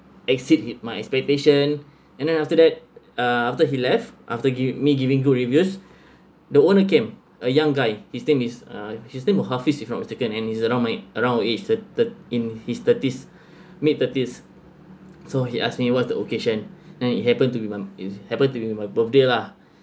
exceed my expectations and then after that uh after he left after give me giving good reviews the owner came a young guy his name is uh his name is was hafiz if not mistaken and he's around my around age third third in his thirties mid thirties so he ask me what's the occasion then it happen to be my it happen to be my birthday lah